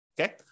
Okay